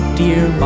dear